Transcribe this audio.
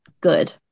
good